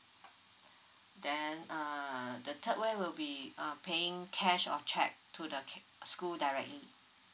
then uh the third way will be uh paying cash or check to the school directly